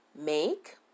make